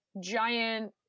giant